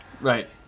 Right